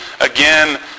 again